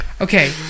Okay